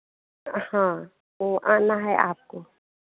हाँ वो आना है आपको